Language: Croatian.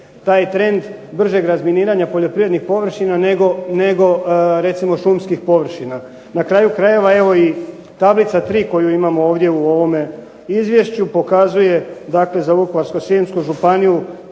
taj trend bržeg razminiranja poljoprivrednih površina nego recimo šumskih površina. Na kraju krajeva evo i tablica 3. koju imamo ovdje u ovome izvješću pokazuje za Vukovarsko-srijemsku županiju